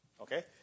Okay